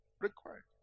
required